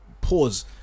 pause